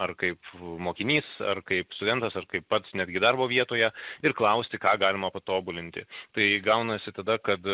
ar kaip mokinys ar kaip studentas ar kaip pats netgi darbo vietoje ir klausti ką galima patobulinti tai gaunasi tada kad